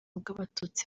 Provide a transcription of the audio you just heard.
bw’abatutsi